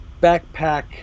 backpack